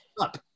up